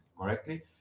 correctly